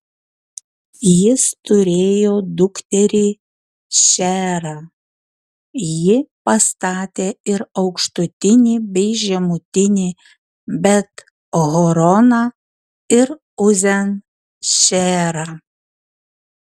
jis turėjo dukterį šeerą ji pastatė ir aukštutinį bei žemutinį bet horoną ir uzen šeerą